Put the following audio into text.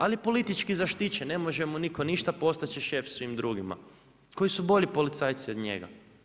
Ali je politički zaštićen, ne može mu niko ništa, postat će šef svima drugima koji su bolji policajci od njega.